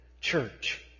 church